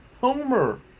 Homer